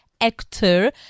actor